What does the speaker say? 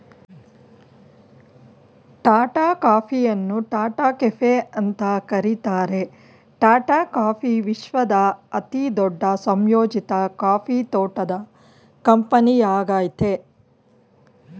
ಟಾಟಾ ಕಾಫಿಯನ್ನು ಟಾಟಾ ಕೆಫೆ ಅಂತ ಕರೀತಾರೆ ಟಾಟಾ ಕಾಫಿ ವಿಶ್ವದ ಅತಿದೊಡ್ಡ ಸಂಯೋಜಿತ ಕಾಫಿ ತೋಟದ ಕಂಪನಿಯಾಗಯ್ತೆ